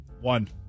One